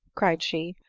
cried she,